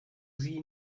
sie